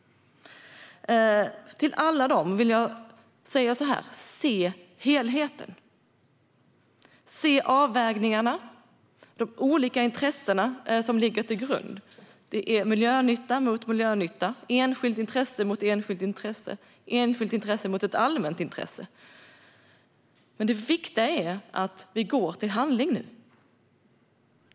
Till alla dem vill jag säga: Se helheten! Se avvägningarna och de olika intressen som ligger till grund för dem. Det är miljönytta mot miljönytta, enskilt intresse mot enskilt intresse och enskilt intresse mot ett allmänintresse. Det viktiga är dock att vi nu går till handling.